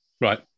Right